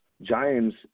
Giants